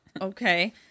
okay